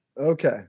Okay